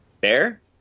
bear